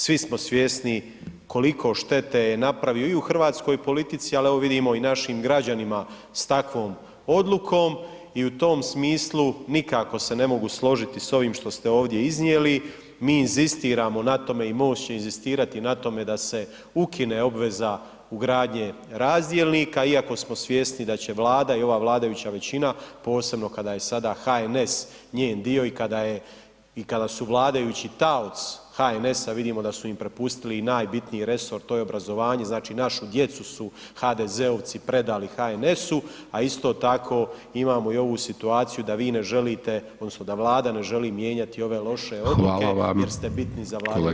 Svi smo svjesni koliko štete je napravio i u hrvatskoj politici, ali evo vidimo i našim građanima s takvom odlukom i u tom smislu nikako se ne mogu složiti s ovim što ste ovdje iznijeli, mi inzistiramo na tome i MOST će inzistirati na tome da se ukine obveza ugradnje razdjelnika iako smo svjesni da će Vlada i ova vladajuća većina posebno kada je sada HNS njen dio i kada su vladajući taoc HNS-a, vidimo da su im prepustili i najbitniji resor to je obrazovanje, znači našu djecu su HDZ-ovci predali HNS-u, a isto tako imamo i ovu situaciju da vi ne želite odnosno da Vlada ne želi mijenjati ove loše odluke [[Upadica: Hvala vam.]] jer ste biti za vladajuću većinu.